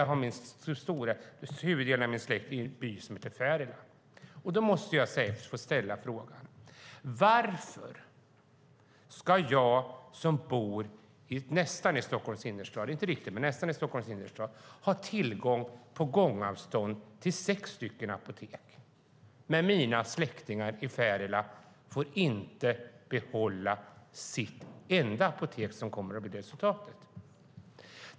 Jag har huvuddelen av min släkt i en by som heter Färila. Jag måste få ställa frågan: Varför ska jag som bor inte riktigt men nästan i Stockholms innerstad ha tillgång på gångavstånd till sex apotek när mina släktingar i Färila inte får behålla sitt enda apotek, som kommer att bli resultatet?